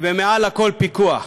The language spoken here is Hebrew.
ומעל לכול: פיקוח,